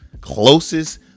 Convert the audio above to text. closest